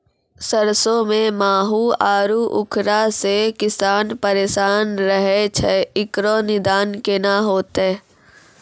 सरसों मे माहू आरु उखरा से किसान परेशान रहैय छैय, इकरो निदान केना होते?